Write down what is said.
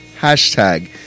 Hashtag